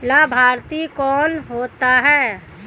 लाभार्थी कौन होता है?